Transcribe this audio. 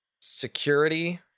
security